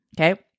okay